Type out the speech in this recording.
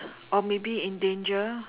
or maybe in danger